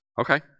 Okay